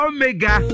Omega